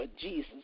Jesus